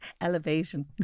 elevation